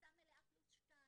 בתפוסה מלאה פלוס שניים,